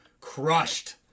crushed